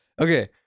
okay